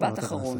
משפט אחרון.